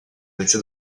vexé